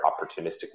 opportunistically